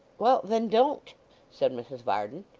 well then, don't said mrs varden.